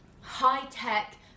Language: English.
high-tech